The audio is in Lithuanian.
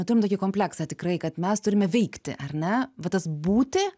turim tokį kompleksą tikrai kad mes turime veikti ar ne va tas būti